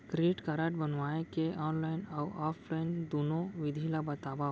Credit card बनवाए के online अऊ ऑफलाइन दुनो विधि ला बतावव?